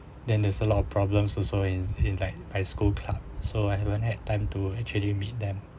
then there's a lot of problems also in in like high school class so I haven't had time to actually meet them